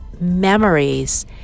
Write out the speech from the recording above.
memories